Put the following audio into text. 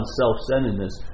self-centeredness